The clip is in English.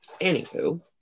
Anywho